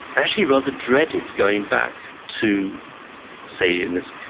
actually rather dreaded going back to say, in this,